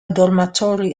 dormitory